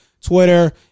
Twitter